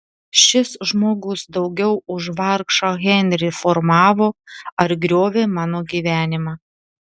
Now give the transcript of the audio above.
šis žmogus daugiau už vargšą henrį formavo ar griovė mano gyvenimą